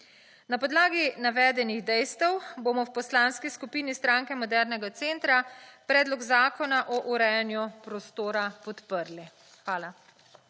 Na podlagi navedenih dejstev bomo v Poslanski skupini Strake modernega centra predlog zakona o urejanju prostora podprli. Hvala.